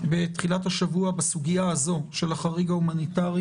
סוגיית החריג ההומניטרי.